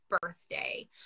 birthday